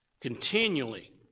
continually